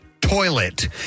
Toilet